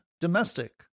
domestic